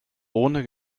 ohne